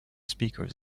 speakers